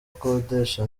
akodesha